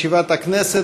הכנסת.